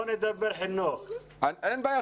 אין בעיה.